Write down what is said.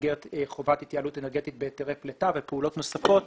במסגרת חובת התייעלות אנרגטית בהיתרי פליטה ופעולות נוספות